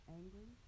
angry